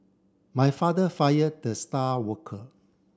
my father fired the star worker